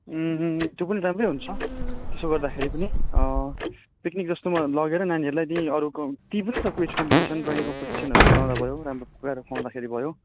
त्यो पनि राम्रै हुन्छ त्यसो गर्दाखेरि पनि पिकनिक जस्तोमा लगेर नानीहरूलाई त्यहीँ अरूको त्यहीँ पनि त क्विज कम्पिटिसन ड्रोयिङ कम्पिटिसनहरू गराउँदा भयो राम्रो पकाएर खुवाउँदाखेरि भयो